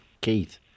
Keith